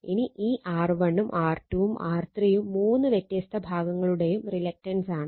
ഇനി ഈ R1 ഉം R2 ഉം R3 ഉം മൂന്ന് വ്യത്യസ്ത ഭാഗങ്ങളുടെയും റിലക്റ്റൻസ് ആണ്